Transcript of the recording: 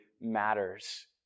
matters